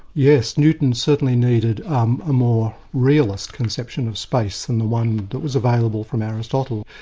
yes, newton certainly needed um a more realist conception of space than the one that was available from aristotle.